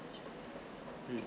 um